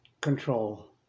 control